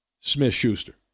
Smith-Schuster